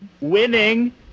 winning